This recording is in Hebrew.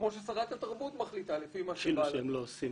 כמו ששרת התרבות מחליטה לפי מה שבא לה?